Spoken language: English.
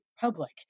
public